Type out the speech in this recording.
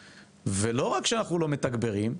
ולא רק שאנחנו לא מתגברים,